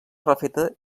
refeta